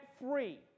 free